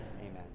Amen